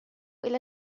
إلى